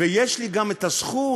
יש לי גם הזכות